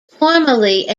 formerly